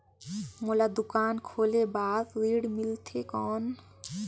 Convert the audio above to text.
मोला दुकान खोले बार ऋण मिलथे कौन?